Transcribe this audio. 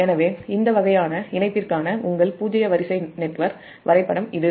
எனவே இந்த வகையான இணைப்பிற்கான உங்கள் பூஜ்ஜிய வரிசை நெட்வொர்க் வரைபடம் இது